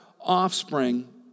offspring